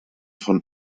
von